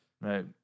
Right